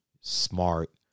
smart